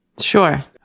sure